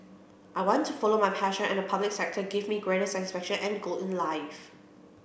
I want to follow my passion and the public sector give me greater satisfaction and goal in life